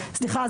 סליחה,